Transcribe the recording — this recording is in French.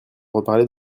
reparler